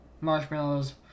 marshmallows